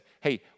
hey